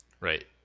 Right